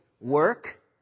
work